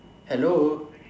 hello